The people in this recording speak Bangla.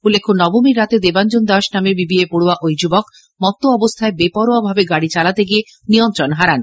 উল্লেখ্যনবমীর রাতে দেবাঞ্জন দাস নামে বিবিএ পড়য়া ওই যুবক মত্ত অবস্হায় বেপরোয়াভাবে গাড়ি চালাতে গিয়ে নিয়ন্ত্রণ হারান